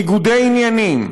ניגודי עניינים,